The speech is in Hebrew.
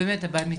באמת, באמתי.